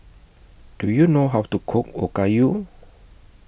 Do YOU know How to Cook Okayu